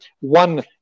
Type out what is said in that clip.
one